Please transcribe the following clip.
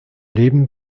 leben